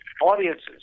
audiences